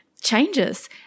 changes